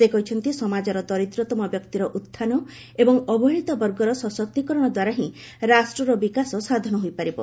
ସେ କହିଛନ୍ତି ସମାଜର ଦରିଦ୍ରତମ ବ୍ୟକ୍ତିର ଉହ୍ଚାନ ଏବଂ ଅବହେଳିତ ବର୍ଗର ସଶକ୍ତିକରଣ ଦ୍ୱାରା ହିଁ ରାଷ୍ଟ୍ରର ବିକାଶ ସାଧନ ହୋଇପାରିବ